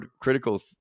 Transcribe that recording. critical